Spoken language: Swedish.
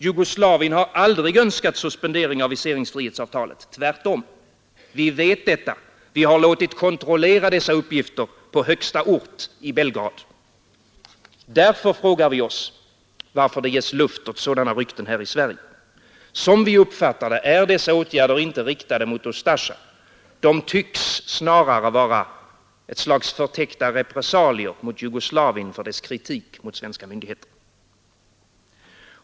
Jugoslavien har aldrig önskat suspendering av viseringsfrihetsavtalet, tvärtom. Vi vet detta. Vi har låtit kontrollera dessa uppgifter på högsta ort i Belgrad. Därför frågar vi oss varför det ges luft åt sådana rykten här i Sverige. Som vi uppfattar det är dessa åtgärder inte riktade mot Ustasja. De tycks snarare vara ett slags förtäckta repressalier mot Jugoslavien för dess kritik mot svenska myndigheter.